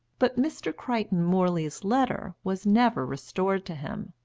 but mr. crichton-morley's letter was never restored to him,